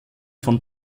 von